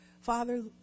Father